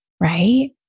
right